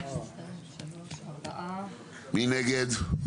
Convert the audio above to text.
הצבעה בעד, 4 נגד,